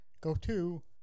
go-to